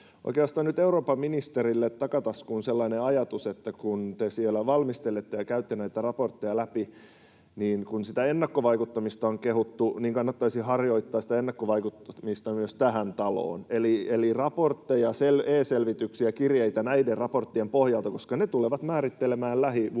Oikeastaan nyt eurooppaministerille takataskuun sellainen ajatus, että kun te siellä valmistelette ja käytte näitä raportteja läpi, niin kun sitä ennakkovaikuttamista on kehuttu, niin kannattaisi harjoittaa sitä ennakkovaikuttamista myös tähän taloon, eli raportteja, E-selvityksiä ja ‑kirjeitä näiden raporttien pohjalta, koska ne tulevat määrittelemään lähivuosien